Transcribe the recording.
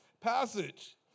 passage